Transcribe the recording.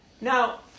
Now